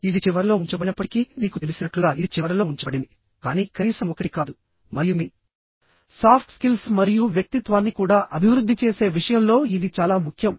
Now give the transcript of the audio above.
ఇది చివరలో ఉంచబడినప్పటికీ మీకు తెలిసినట్లుగా ఇది చివరలో ఉంచబడింది కానీ కనీసం ఒకటి కాదు మరియు మీ సాఫ్ట్ స్కిల్స్ మరియు వ్యక్తిత్వాన్ని కూడా అభివృద్ధి చేసే విషయంలో ఇది చాలా ముఖ్యం